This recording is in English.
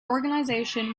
organization